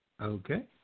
Okay